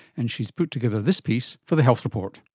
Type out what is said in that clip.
and she has put together this piece for the health report.